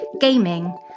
gaming